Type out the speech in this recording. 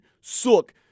suck